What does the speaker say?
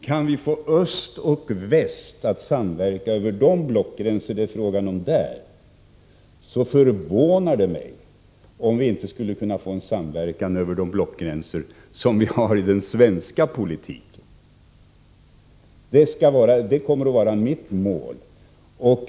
Kan vi få öst och väst att på detta sätt samverka över blockgränserna, skulle det förvåna mig om vi inte skulle kunna få en samverkan över de blockgränser vi har i den svenska politiken. Det kommer att vara mitt mål.